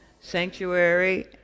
sanctuary